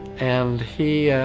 and he